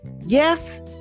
Yes